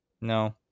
No